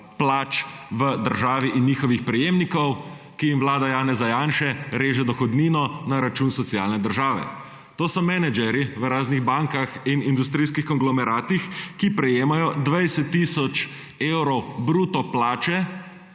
plač v državi in njihovih prejemnikov, ki jim vlada Janeza Janše reže dohodnino na račun socialne države. To so menedžerji v raznih bankah in industrijskih konglomeratih, ki prejemajo 20 tisoč evrov bruto plače,